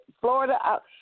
Florida